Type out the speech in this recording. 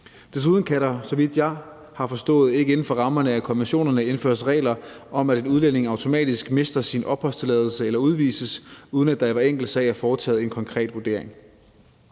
andet kan der, så vidt jeg har forstået, ikke inden for rammerne af konventionerne indføres regler om, at en udlænding automatisk mister sin opholdstilladelse eller udvises, uden at der i hver enkelt sag er foretaget en konkret vurdering.